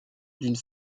d’une